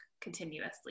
continuously